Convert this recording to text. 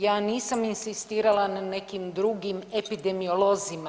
Ja nisam inzistirala na nekim drugim epidemiolozima.